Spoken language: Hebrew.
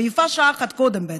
ויפה שעה אחת קודם,